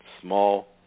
small